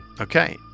Okay